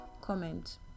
comment